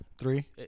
Three